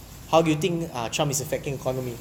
how do you think are chomp is affecting economy